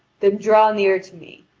then draw near to me!